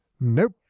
Nope